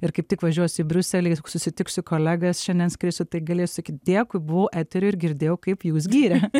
ir kaip tik važiuosiu į briuselį susitiksiu kolegas šiandien skrisiu tai galėsiu sakyt dėkui buvau etery ir girdėjau kaip jus giria